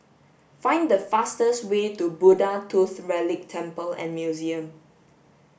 find the fastest way to Buddha Tooth Relic Temple and Museum